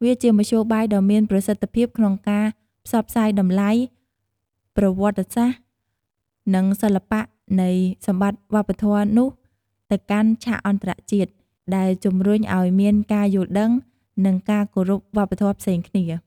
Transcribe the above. វាជាមធ្យោបាយដ៏មានប្រសិទ្ធភាពក្នុងការផ្សព្វផ្សាយតម្លៃ ប្រវត្តិសាស្ត្រ និងសិល្បៈនៃសម្បត្តិវប្បធម៌នោះទៅកាន់ឆាកអន្តរជាតិ ដែលជំរុញឱ្យមានការយល់ដឹង និងការគោរពវប្បធម៌ផ្សេងគ្នា។